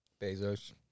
Bezos